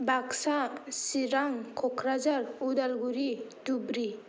Baksa Chirang Kokrajhar Udalguri Dhubri